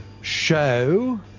show